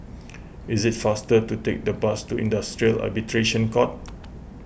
it is faster to take the bus to Industrial Arbitration Court